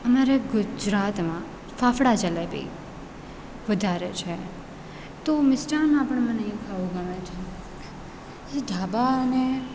અમારે ગુજરાતમાં ફાફડા જલેબી વધારે છે તો મિષ્ટાનમાં પણ મને એ ખાવું ગમે છે ઢાબાને